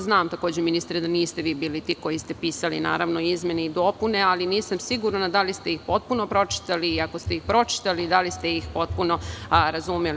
Znam, takođe, ministre da niste vi bili ti koji ste pisali izmene i dopune, ali nisam sigurna da li ste ih potpuno pročitali i ako ste ih pročitali, da li ste ih potpuno razumeli.